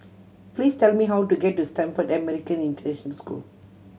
please tell me how to get to Stamford American International School